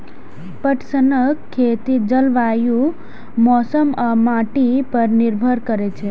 पटसनक खेती जलवायु, मौसम आ माटि पर निर्भर करै छै